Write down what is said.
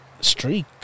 streak